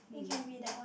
it can be that one